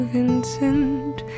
Vincent